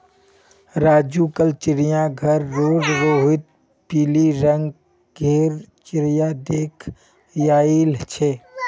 राजू कल चिड़ियाघर रोड रोहित पिली रंग गेर चिरया देख याईल छे